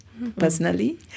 personally